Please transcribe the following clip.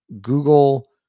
google